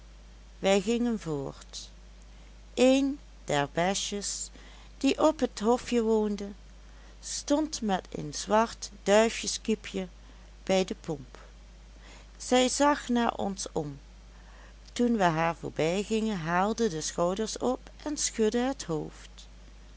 wij gingen voort een der bestjes die op het hofje woonden stond met een zwart duifjeskiepje bij de pomp zij zag naar ons om toen wij haar voorbijgingen haalde de schouders op en schudde het hoofd